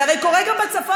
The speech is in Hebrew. זה הרי קורה גם בצפון,